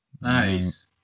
Nice